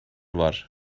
var